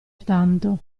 tanto